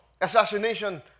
assassination